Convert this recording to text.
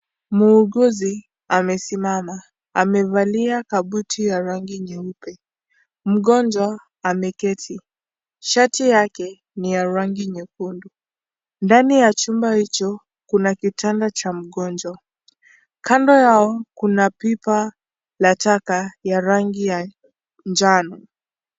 Muuguzi amesimama amevalia kabuti ya rangi nyeupe. Mgonjwa ameketi shati yake, ni ya rangi nyekundu. Ndani ya chumba hicho, kuna kitanda cha mgonjwa. Kando yao kuna pipa la taka ya rangi ya njano.